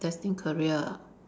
destined career ah